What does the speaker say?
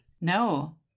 No